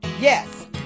Yes